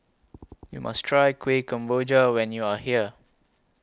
YOU must Try Kueh Kemboja when YOU Are here